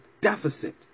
deficit